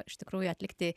iš tikrųjų atlikti